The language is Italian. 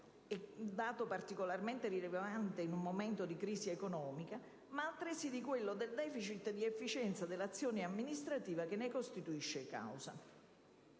- dato particolarmente rilevante, in un momento di crisi economica - ma, altresì, di quello del *deficit* di efficienza dell'azione amministrativa che ne costituisce la causa,